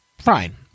Fine